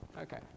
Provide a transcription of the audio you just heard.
Okay